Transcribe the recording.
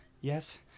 Yes